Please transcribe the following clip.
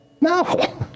No